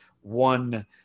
one